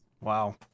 Wow